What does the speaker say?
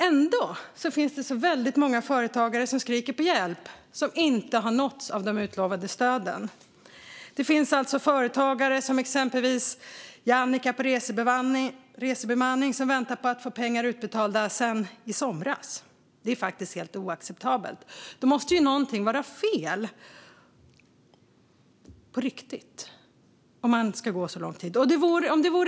Ändå finns det väldigt många företagare som skriker på hjälp och inte har nåtts av de utlovade stöden. Det finns alltså företagare som exempelvis Jannica på Resebemanning, som väntar på att få pengar utbetalda sedan i somras. Det är faktiskt helt oacceptabelt! Om det ska behöva gå så lång tid måste något vara fel på riktigt.